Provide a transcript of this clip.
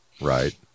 Right